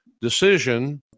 decision